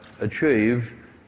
achieve